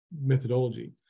methodology